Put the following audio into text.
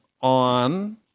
on